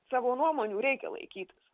savo nuomonių reikia laikytis